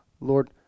Lord